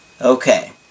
Okay